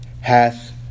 hath